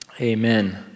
amen